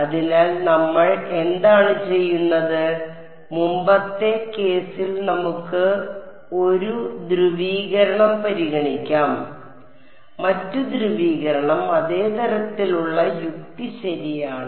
അതിനാൽ നമ്മൾ എന്താണ് ചെയ്യുന്നത് മുമ്പത്തെ കേസിൽ നമുക്ക് 1 ധ്രുവീകരണം പരിഗണിക്കാം മറ്റ് ധ്രുവീകരണം അതേ തരത്തിലുള്ള യുക്തി ശരിയാണ്